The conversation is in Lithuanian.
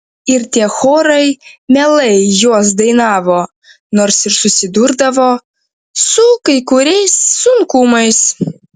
ir tie chorai mielai juos dainavo nors ir susidurdavo su kai kuriais sunkumais